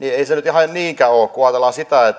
ei se nyt ihan niinkään ole kun ajatellaan sitä